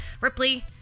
ripley